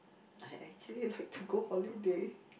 I I actually like to go holiday